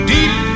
Deep